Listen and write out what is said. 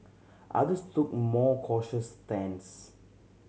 others took more cautious stance